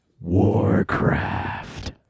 Warcraft